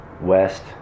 West